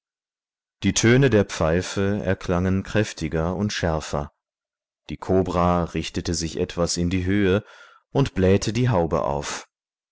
die töne der pfeife erklangen kräftiger und schärfer die kobra richtete sich etwas in die höhe und blähte die haube auf